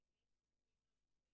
הרווחה והבריאות.